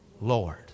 Lord